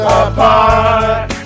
apart